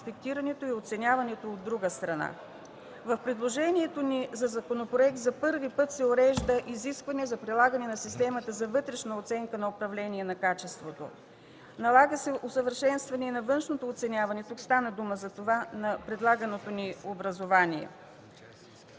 инспектирането и оценяването, от друга страна. В предложението ни за законопроект за първи път се урежда изискване за прилагане на системата за вътрешна оценка на управление на качеството. Налага се усъвършенстване и на външното оценяване, тук стана дума за това, на предлаганото ни образование.